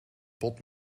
pot